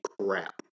crap